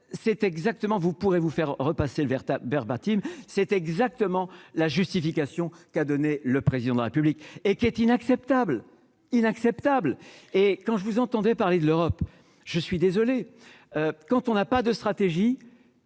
vous pourrez vous faire repasser le ta Verbatim c'est exactement la justification qu'a donné le président de la République et qui est inacceptable, inacceptable et quand je vous entendais parler de l'Europe, je suis désolée, quand on n'a pas de stratégie.